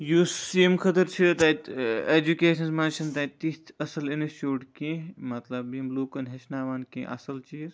یُس ییٚمہِ خٲطرٕ چھِ تَتہِ ایٚجُکیشنَس مَنٛز چھِنہٕ تَتہِ تِتھۍ اصل اِنسچوٗٹ کینٛہہ مَطلَب یِم لُکَن ہیٚچھناوَن کینٛہہ اصل چیٖز